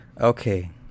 Okay